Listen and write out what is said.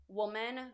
woman